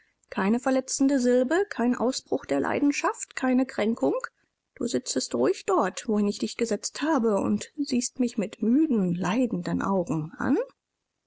keine verletzende silbe kein ausbruch der leidenschaft keine kränkung du sitzest ruhig dort wohin ich dich gesetzt habe und siehst mich mit müden leidenden augen an